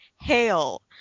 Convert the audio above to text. hail